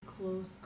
close